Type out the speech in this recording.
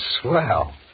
swell